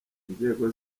inzego